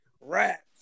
rats